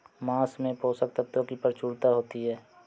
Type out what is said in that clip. माँस में पोषक तत्त्वों की प्रचूरता होती है